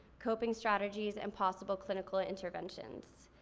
coping strategies, and possible clinical ah interventions.